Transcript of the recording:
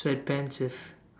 sweat pants with